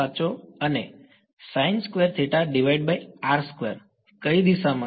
આખો સ્ક્વેર સાચો અને કઈ દિશામાં